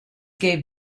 gave